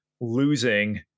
losing